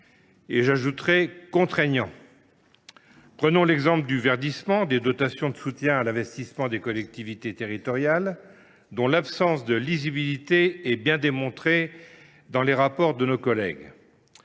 – j’ajouterai « et contraignant ». Prenons l’exemple du verdissement des dotations de soutien à l’investissement local des collectivités territoriales, dont l’absence de lisibilité a été démontrée par les rapports de nos collègues.